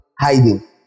hiding